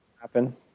happen